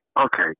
okay